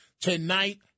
tonight